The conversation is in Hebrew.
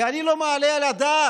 כי אני לא מעלה על הדעת